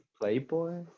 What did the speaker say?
Playboy